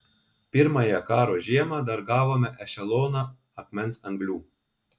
pirmąją karo žiemą dar gavome ešeloną akmens anglių